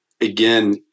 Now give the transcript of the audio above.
Again